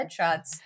headshots